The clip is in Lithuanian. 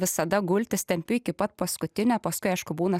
visada gultis tempiu iki pat paskutinio paskui aišku būna